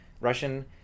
Russian